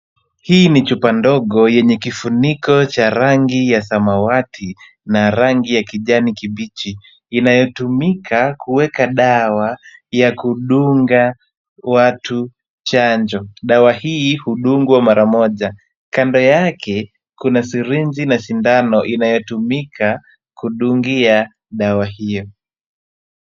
Hii ni chupa ndogo yenye kifuniko cha rangi ya samawati na rangi ya kijani kibichi, inayotumika kuweka dawa ya kudunga watu chanjo. Dawa hii hudungwa mara moja. Kando yake kuna sirinji na sindano inayotumika kudungia dawa hiyo.